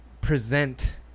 present